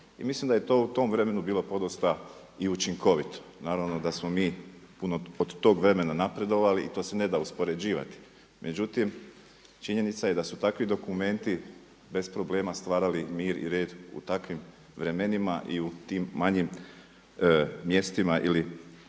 mislim da je to u tom vremenu bilo podosta i učinkovito. Naravno da smo mi puno od tog vremena napredovali i to se ne da uspoređivati. Međutim, činjenica je da su takvi dokumenti bez problema stvarali mir i red u takvim vremenima i u tim manjim mjestima ili